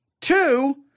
Two